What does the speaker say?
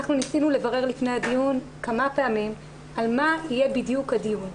לפני הדיון אנחנו ניסינו לברר כמה פעמים על מה בדיוק יהיה הדיון.